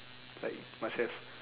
like must have